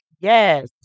Yes